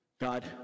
god